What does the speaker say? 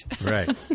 Right